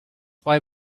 why